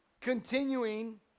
continuing